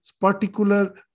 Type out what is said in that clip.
particular